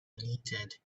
deleted